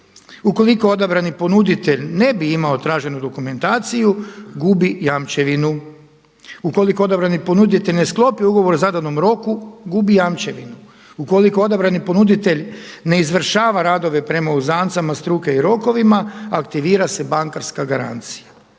Ukoliko odabrani ponuditelj ne bi imao traženu dokumentaciju gubi jamčevinu. Ukoliko odabrani ponuditelj ne sklopi ugovor u zadanom roku gubi jamčevinu. Ukoliko odabrani ponuditelj ne izvršava radove prema uzancama struke i rokovima aktivira se bankarska garancija.